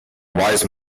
wise